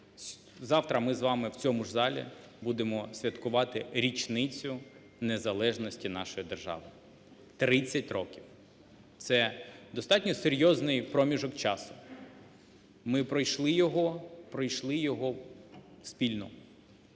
Завтра ми з вами в цьому ж залі будемо святкувати річницю незалежності нашої держави, 30 років – це достатньо серйозний проміжок часу, ми пройшли його, пройшли